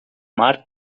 mar